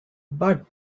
but